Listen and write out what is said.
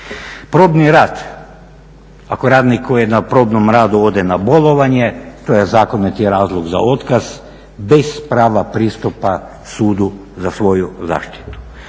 Probni rad. Ako radnik koji je na probnom radu ode na bolovanje to je zakoniti razlog za otkaz, bez prava pristupa sudu za svoju zaštitu.